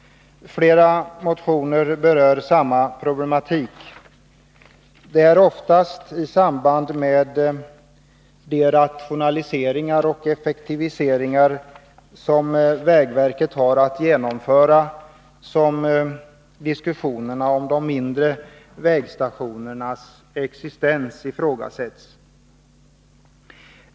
Flera motioner berör samma problematik. Det är oftast i samband med de rationaliseringar och effektiviseringar som vägverket har att genomföra som de mindre vägstationernas existens ifrågasätts.